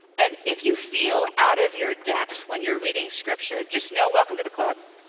and if you feel out of your depth when you're reading scripture, just know, welcome to the club.